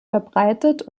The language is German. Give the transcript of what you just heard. verbreitet